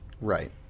right